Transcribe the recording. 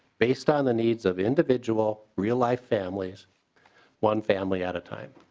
based on the needs of individual real-life families one family at a time.